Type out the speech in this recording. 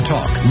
Talk